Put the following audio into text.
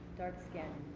dark skin.